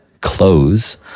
close